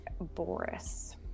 Boris